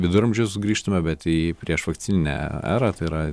viduramžius grįžtame bet į prieš vakcininę erą tai yra